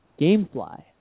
Gamefly